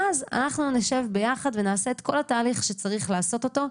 ואז אנחנו נשב ביחד ונעשה את כל התהליך שצריך לעשותו אותו,